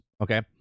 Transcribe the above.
okay